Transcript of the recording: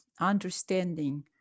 understanding